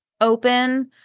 open